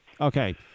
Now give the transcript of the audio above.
Okay